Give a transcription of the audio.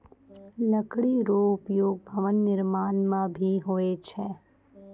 लकड़ी रो उपयोग भवन निर्माण म भी होय छै